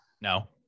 No